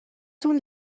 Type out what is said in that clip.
تون